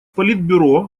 политбюро